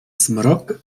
zmrok